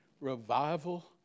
Revival